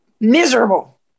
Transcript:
Miserable